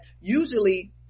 usually